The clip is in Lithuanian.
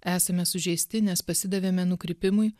esame sužeisti nes pasidavėme nukrypimui